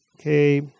Okay